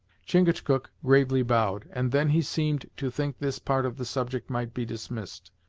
chingachgook gravely bowed, and then he seemed to think this part of the subject might be dismissed.